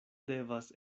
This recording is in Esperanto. devas